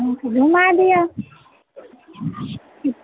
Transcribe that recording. घुमा दिअ